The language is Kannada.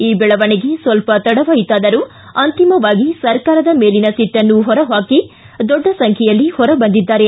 ಈ ದೆಳವಣಿಗೆ ಸ್ವಲ್ಪ ತಡವಾಯಿತಾದರೂ ಅಂತಿಮವಾಗಿ ಸರ್ಕಾರದ ಮೇಲಿನ ಸಿಟ್ಟನ್ನು ಹೊರ ಹಾಕಿ ದೊಡ್ಡ ಸಂಖ್ಣೆಯಲ್ಲಿ ಹೊರ ಬಂದಿದ್ದಾರೆ